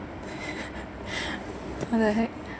what the heck